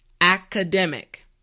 academic